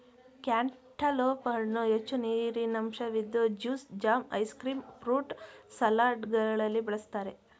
cantaloupe ಹಣ್ಣು ಹೆಚ್ಚು ನೀರಿನಂಶವಿದ್ದು juice, jam, ice cream, fruit ಸಲಾಡ್ಗಳಲ್ಲಿ ಬಳ್ಸತ್ತರೆ